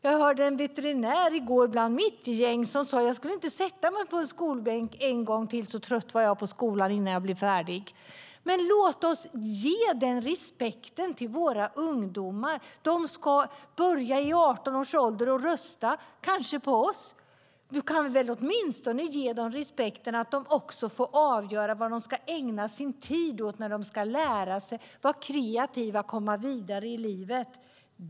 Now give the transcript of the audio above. Jag hörde en veterinär i går bland mitt gäng som sade: Jag skulle inte sätta mig på skolbänken en gång till. Så trött var jag på skolan innan jag blev färdig. Våra ungdomar ska börja rösta vid 18 års ålder, kanske på oss. Då kan vi väl åtminstone ge dem respekten att de också får avgöra vad de ska ägna sin tid åt när de ska lära sig, vara kreativa och komma vidare i livet.